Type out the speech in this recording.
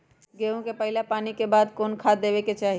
गेंहू में पहिला पानी के बाद कौन खाद दिया के चाही?